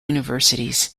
universities